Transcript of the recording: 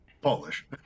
Polish